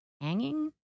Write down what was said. hanging